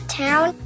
town